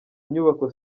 inyubako